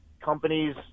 companies